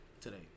today